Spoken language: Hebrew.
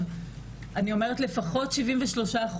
אני אומרת לפחות 73%,